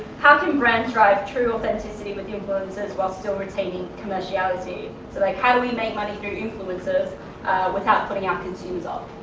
how can brands drive true authenticity with influencers while still retaining commerciality? so like how do we make money through influencers without putting our consumers off?